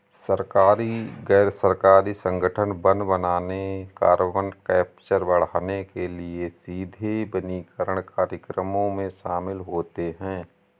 सरकारी, गैर सरकारी संगठन वन बनाने, कार्बन कैप्चर बढ़ाने के लिए सीधे वनीकरण कार्यक्रमों में शामिल होते हैं